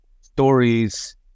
stories